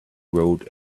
road